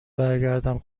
برگردم